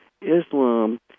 Islam